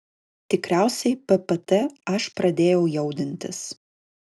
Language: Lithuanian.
tikriausiai ppt aš pradėjau jaudintis